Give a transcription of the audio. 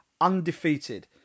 undefeated